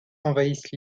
envahissent